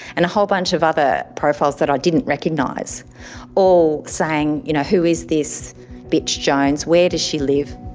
and a whole bunch of other profiles that i didn't recognise all saying you know who is this bitch jones, where does she live?